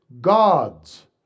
God's